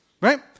Right